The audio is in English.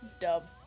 dub